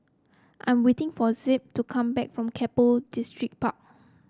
I'm waiting for Zeb to come back from Keppel Distripark